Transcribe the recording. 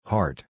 Heart